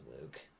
Luke